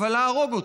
אבל להרוג אותו.